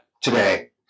today